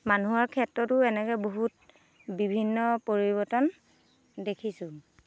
মানুহৰ ক্ষেত্ৰতো এনেকে বহুত বিভিন্ন পৰিৱৰ্তন দেখিছোঁ